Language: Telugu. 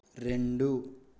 రెండు